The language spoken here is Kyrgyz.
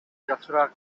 жакшыраак